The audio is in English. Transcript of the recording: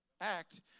act